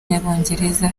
y’abongereza